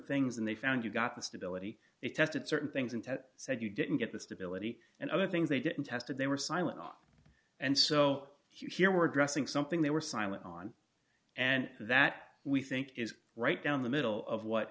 things and they found you got the stability they tested certain things and said you didn't get the stability and other things they didn't test and they were silent and so you here were addressing something they were silent on and that we think is right down the middle of what